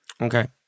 Okay